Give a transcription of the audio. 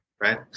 Right